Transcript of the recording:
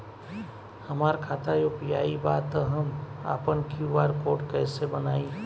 हमार खाता यू.पी.आई बा त हम आपन क्यू.आर कोड कैसे बनाई?